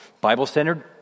Bible-centered